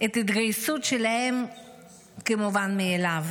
את ההתגייסות שלהם כמובנת מאליה.